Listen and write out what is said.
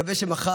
אני מקווה שמחר,